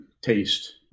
taste